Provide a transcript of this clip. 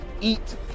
eat